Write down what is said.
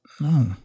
No